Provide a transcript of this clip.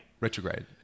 retrograde